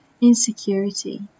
insecurity